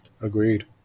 Agreed